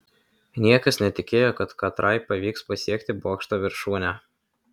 niekas netikėjo kad katrai pavyks pasiekti bokšto viršūnę